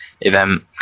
event